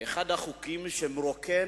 אדוני היושב-ראש.